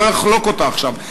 לא אחלוק אותה עכשיו.